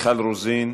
מיכל רוזין,